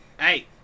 hey